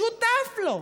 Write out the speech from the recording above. שותף לו?